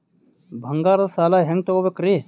ಬಂಗಾರದ್ ಸಾಲ ಹೆಂಗ್ ತಗೊಬೇಕ್ರಿ?